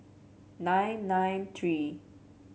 nine nine three